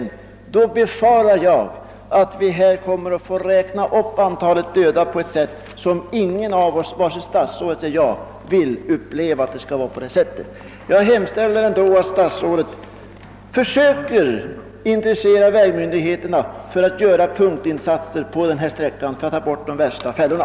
I så fall befarar jag att vi kommer att få räkna upp antalet döda på ett sätt som varken statsrådet eller jag vill uppleva. Slutligen hemställer jag att statsrådet försöker intressera vägmyndigheterna för att göra punktinsatser på denna vägsträcka för att få bort de värsta trafikfällorna.